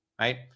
right